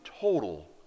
total